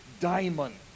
diamond